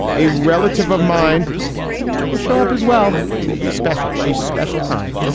a relative of mine he will show up as well. it will be special a special time.